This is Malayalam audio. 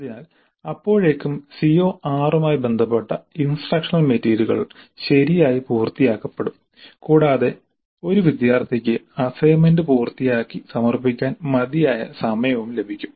അതിനാൽ അപ്പോഴേക്കും CO6 മായി ബന്ധപ്പെട്ട ഇൻസ്ട്രക്ഷണൽ മെറ്റീരിയലുകൾ ശരിയായി പൂർത്തിയാക്കപ്പെടും കൂടാതെ ഒരു വിദ്യാർത്ഥിക്ക് അസൈൻമെന്റ് പൂർത്തിയാക്കി സമർപ്പിക്കാൻ മതിയായ സമയവും ലഭിക്കും